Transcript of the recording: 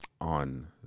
on